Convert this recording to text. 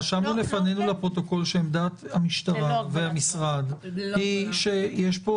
רשמנו לפנינו לפרוטוקול שעמדת המשטרה והמשרד היא שיש פה